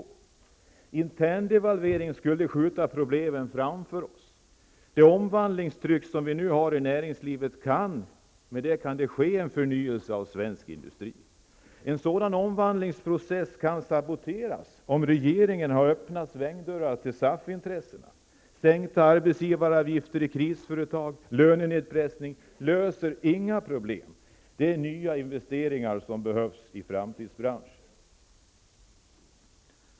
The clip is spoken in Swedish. En interndevalvering skulle bara skjuta problemen framför oss. Det omvandlingstryck som vi nu har i näringslivet kan leda till förnyelse av svensk industri. En sådan omvandlingsprocess kan saboteras om regeringen har öppna svängdörrar för SAF-intressena. Sänkta arbetsgivaravgifter i krisföretag och lönenedpressning löser inga problem. Det är nya investeringar som behövs i framtidsbranschen.